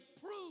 prove